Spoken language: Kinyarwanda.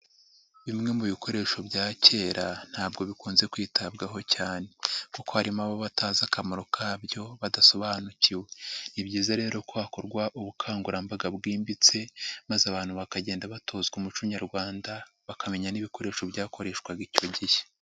Bimwe mu bikoresho bya kera ntabwo bikunze kwitabwaho cyane, kuko harimo abo batazi akamaro kabyo badasobanukiwe, ni byizayiza rero ko hakorwa ubukangurambaga bwimbitse maze abantu bakagenda batozwa umuco nyarwanda bakamenya n'ibikoresho byakoreshwaga icyo gihe.